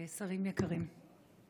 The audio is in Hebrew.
שרים יקרים,